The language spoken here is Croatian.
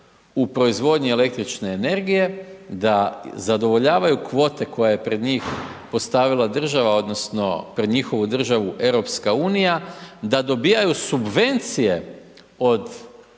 u proizvodnji električne energije, da zadovoljavaju kvote koje pred njih postavila država, odnosno, pred njihovu državu EU, da dobivaju subvencije od